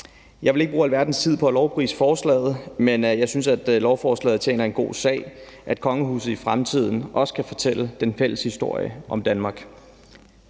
Jeg vil ikke bruge alverdens tid på at lovprise forslaget, men jeg synes, at lovforslaget tjener en god sag, nemlig at kongehuset i fremtiden også kan fortælle den fælles historie om Danmark.